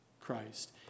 Christ